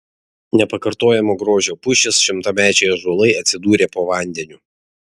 nepakartojamo grožio pušys šimtamečiai ąžuolai atsidūrė po vandeniu